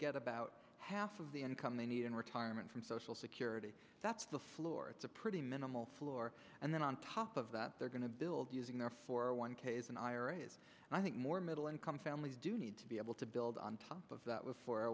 get about half of the income they need in retirement from social security that's the floor it's a pretty minimal floor and then on top of that they're going to build using their four one k s and iras and i think more middle income families do need to be able to build on top that